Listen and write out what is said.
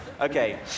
Okay